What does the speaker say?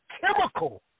chemical